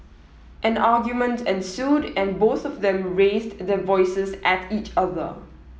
an argument ensued and both of them raised their voices at each other